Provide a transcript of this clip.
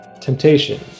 temptation